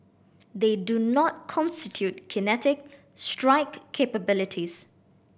they do not constitute kinetic strike capabilities